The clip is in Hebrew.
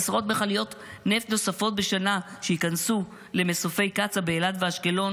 עשרות מכליות נפט נוספות בשנה שייכנסו למסופי קצא"א באילת ובאשקלון